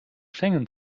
schengen